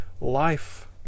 life